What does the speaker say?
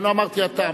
אני לא אמרתי: אתה.